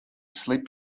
slip